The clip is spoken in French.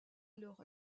alors